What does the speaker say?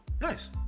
Nice